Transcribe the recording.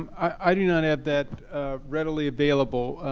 um i do not have that readily available.